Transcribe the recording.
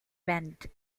bend